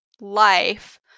life